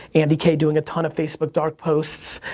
andy k. doing a ton of facebook dark posts.